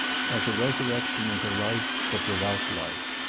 like a resurrection into life, but without life.